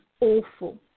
awful